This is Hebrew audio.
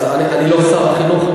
אני לא שר החינוך.